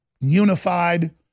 unified